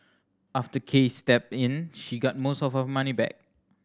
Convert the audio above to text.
after Case stepped in she got most of her money back